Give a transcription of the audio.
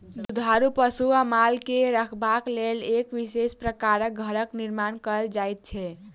दुधारू पशु वा माल के रखबाक लेल एक विशेष प्रकारक घरक निर्माण कयल जाइत छै